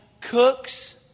cooks